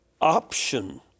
option